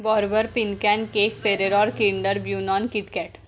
bourbon pecan cake Ferrero Kinder Bueno KitKat